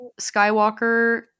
Skywalker